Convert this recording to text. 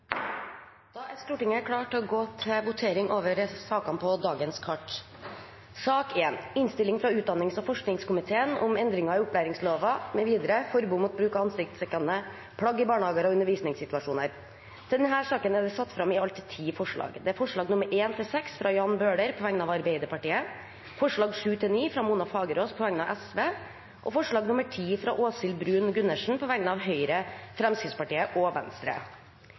Da er Stortinget klar til å gå til votering. Under debatten er det satt fram i alt ti forslag. Det er forslagene nr. 1–6, fra Jan Bøhler på vegne av Arbeiderpartiet forslagene nr. 7–9, fra Mona Fagerås på vegne av Sosialistisk Venstreparti forslag nr. 10, fra Åshild Bruun-Gundersen på vegne av Høyre, Fremskrittspartiet og Venstre